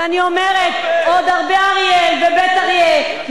ואני אומרת: עוד הרבה אריאל ובית-אריה,